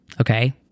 Okay